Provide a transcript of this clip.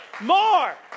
More